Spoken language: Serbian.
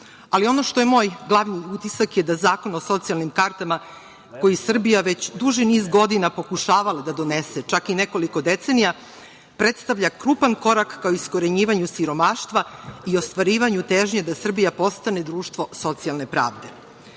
ali ono što je moj glavni utisak je da zakon o socijalnim kartama, koji je Srbija već duži niz godina pokušavala da donese, čak i nekoliko decenija predstavlja krupan korak ka iskorenjivanju siromaštva i ostvarivanju težnji da Srbija postane društvo socijalne pravde.Za